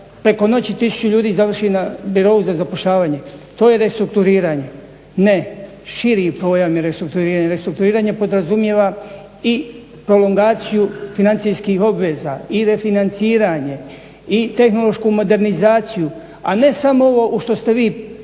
preko noći tisuću ljudi završi na birou za zapošljavanje. To je restrukturiranje. Ne, širi pojam je restrukturiranje. Restrukturiranje podrazumijeva i prolongaciju financijskih obveza i refinanciranje i tehnološku modernizaciju, a ne samo ovo u što ste vi pretvorili